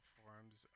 forms